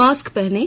mask पहनें